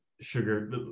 sugar